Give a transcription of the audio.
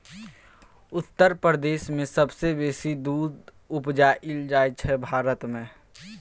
उत्तर प्रदेश मे सबसँ बेसी दुध उपजाएल जाइ छै भारत मे